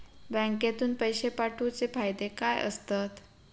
बँकेतून पैशे पाठवूचे फायदे काय असतत?